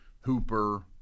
Hooper